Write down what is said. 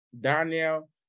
Daniel